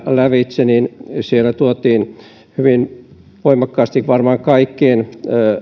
lävitse niin siellä tuotiin hyvin voimakkaasti varmaan kaikkien